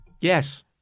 Yes